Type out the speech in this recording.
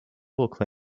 multiple